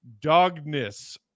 dogness